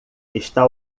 está